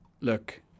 look